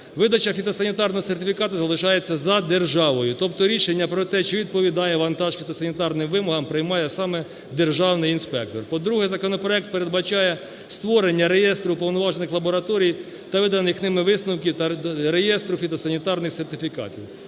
Видача фітосанітарного сертифікату залишається за державою, тобто рішення про те, чи відповідає вантаж фітосанітарним вимогам, приймає саме державний інспектор. По-друге, законопроект передбачає створення реєстру уповноважених лабораторій та виданих ними висновків та реєстру фітосанітарних сертифікатів.